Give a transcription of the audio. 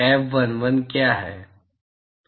F11 क्या है